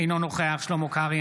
אינו נוכח שלמה קרעי,